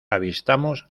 avistamos